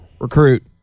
recruit